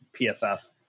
PFF